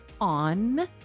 on